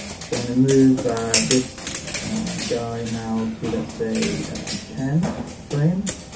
so i'm gonna move this guy now to that say ten frames,